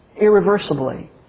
Irreversibly